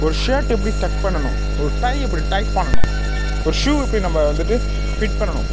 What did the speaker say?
ஒரு ஷர்ட் எப்படி டக் பண்ணணும் ஒரு டை எப்படி டை பண்ணணும் ஒரு ஷூ எப்படி நம்ம வந்துட்டு ஃபிட் பண்ணணும்